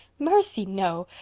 mercy, no!